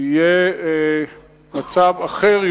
יהיה באמת מצב אחר,